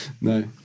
No